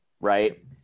right